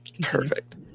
perfect